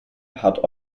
hat